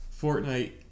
fortnite